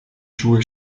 schuhe